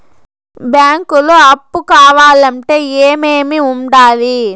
బ్యాంకులో అప్పు కావాలంటే ఏమేమి ఉండాలి?